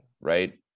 right